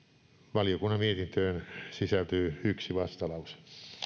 valiokunnan mietintöön sisältyy yksi vastalause